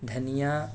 دھنیا